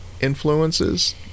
influences